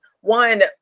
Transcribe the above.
one